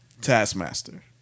Taskmaster